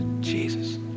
Jesus